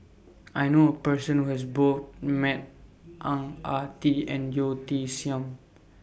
I knew A Person Who has Both Met Ang Ah Tee and Yeo Tiam Siew